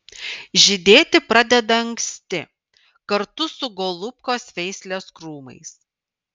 žydėti pradeda anksti kartu su golubkos veislės krūmais